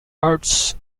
arts